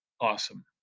awesome